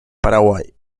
paraguay